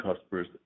customers